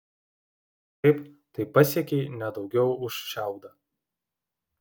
jei taip tai pasiekei ne daugiau už šiaudą